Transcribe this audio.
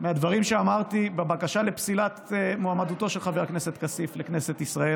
מהדברים שאמרתי בבקשה לפסילת מועמדותו של חבר הכנסת כסיף לכנסת ישראל,